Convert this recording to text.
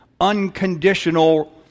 unconditional